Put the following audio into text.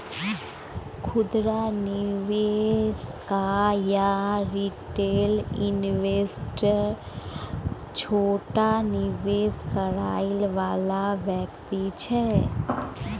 खुदरा निवेशक या रिटेल इन्वेस्टर छोट निवेश करइ वाला व्यक्ति छै